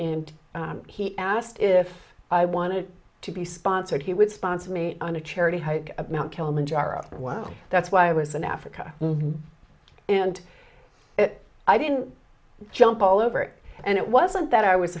and he asked if i wanted to be sponsored he would sponsor me on a charity hike of mount kilimanjaro well that's why i was in africa and i didn't jump all over it and it wasn't that i was